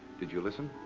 did you listen?